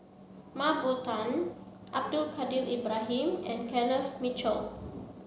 Mah Bow Tan Abdul Kadir Ibrahim and Kenneth Mitchell